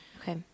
Okay